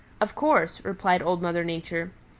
of course, replied old mother nature.